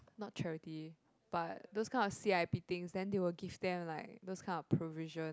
not charity but those kinds of c_i_p thing then they will give them like those kinds of provision